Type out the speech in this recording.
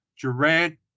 Durant